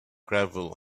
gravel